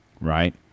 right